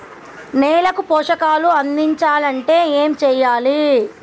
నేలకు పోషకాలు అందించాలి అంటే ఏం చెయ్యాలి?